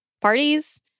Parties